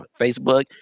facebook